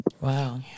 Wow